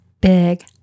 big